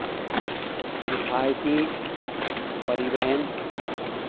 किफायती परिवहन